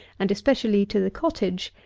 and especially to the cottage,